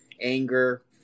anger